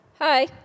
Hi